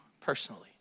personally